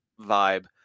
vibe